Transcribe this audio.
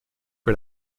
que